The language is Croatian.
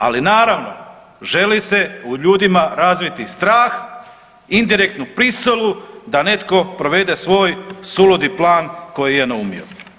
Ali naravno želi se u ljudima razviti strah, indirektnu prisilu da netko provede svoj suludi plan koji je naumio.